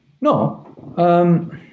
No